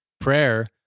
prayer